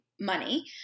money